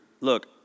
look